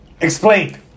Explain